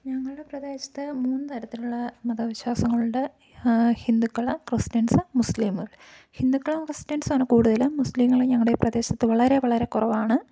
ഞങ്ങളുടെ പ്രദേശത്ത് മൂന്ന് തരത്തിലുള്ള മത വിശ്വാസങ്ങളുണ്ട് ഹിന്ദുക്കള് ക്രിസ്ത്യൻസ് മുസ്ലിമുകള് ഹിന്ദുക്കളും ക്രിസ്ത്യൻസുമാണ് കൂടുതലും മുസ്ലിങ്ങള് ഞങ്ങളുടെ ഈ പ്രദേശത്ത് വളരെ വളരെ കുറവാണ്